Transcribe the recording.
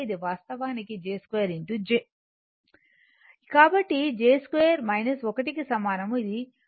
కాబట్టి j 2 1 కు సమానం అది ఒక